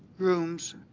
rooms,